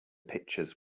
pictures